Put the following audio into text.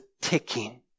ticking